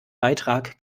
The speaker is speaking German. beitrag